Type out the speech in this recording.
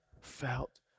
felt